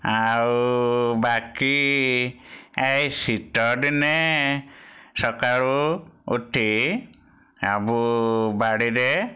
ଆଉ ବାକି ଏଇ ଶୀତଦିନେ ସକାଳୁ ଉଠି ଆବୁ ବାଡ଼ିରେ